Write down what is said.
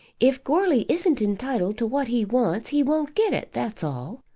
if goarly isn't entitled to what he wants he won't get it that's all.